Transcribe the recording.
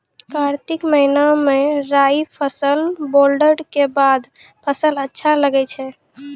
कार्तिक महीना मे राई फसल बोलऽ के बाद फसल अच्छा लगे छै